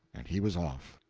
and he was off.